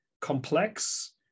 complex